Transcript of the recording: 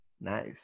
Nice